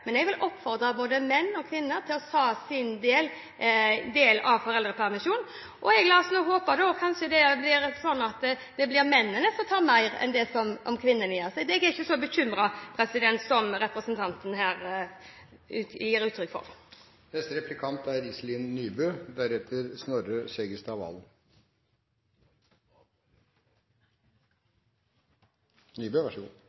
Men jeg vil oppfordre både menn og kvinner til å ta sin del av foreldrepermisjonen. La oss nå håpe at det kanskje blir sånn at det blir mennene som tar mer permisjon enn det kvinnene gjør. Så jeg er ikke så bekymret som representanten her gir uttrykk for. Det er bred enighet om at barnevernet må styrkes. Målet må etter Venstres mening være at barna skal få god